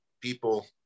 people